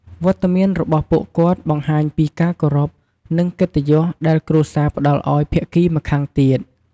វត្តមានរបស់ពួកគាត់បង្ហាញពី ការគោរព និងកិត្តិយស ដែលគ្រួសារផ្ដល់ឲ្យភាគីម្ខាងទៀត។